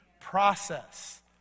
process